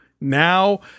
Now